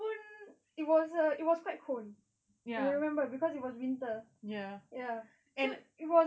pun it was a it was quite cold I remember cause it was winter ya so it was